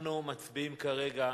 אנחנו מצביעים כרגע,